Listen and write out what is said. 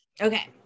Okay